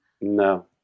No